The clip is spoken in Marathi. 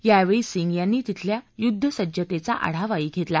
यावछी सिंग यांनी तिथल्या युद्धसज्जत आढावाही घत्तका